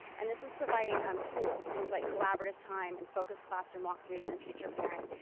and this is providing um tools. things like collaborative time and focused classroom walkthroughs and teacher parent,